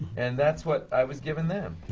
and that's what i was givin' them.